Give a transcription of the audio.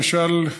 למשל,